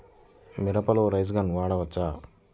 మిరపలో rain gun వాడవచ్చా?